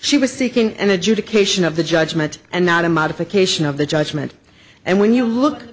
she was seeking an adjudication of the judgment and not a modification of the judgment and when you look